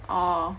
orh